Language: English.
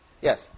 Yes